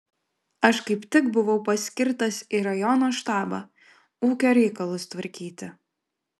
aš kaip tik buvau paskirtas į rajono štabą ūkio reikalus tvarkyti